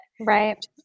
right